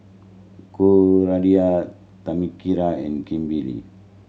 Cordia Tamika and Kimber